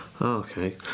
Okay